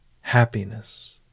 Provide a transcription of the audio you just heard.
Happiness